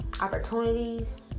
opportunities